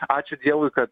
ačiū dievui kad